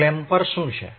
clamper શું છે